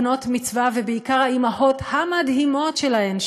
בנות-מצווה ובעיקר האימהות המדהימות שלהן,